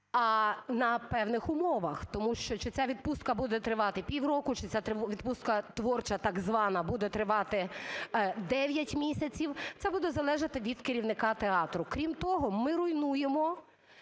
на певних умовах. Тому що чи ця відпустка буде тривати півроку, чи ця відпустка "творча" так звана буде тривати 9 місяців, це буде залежати від керівника театру. Крім того, ми руйнуємо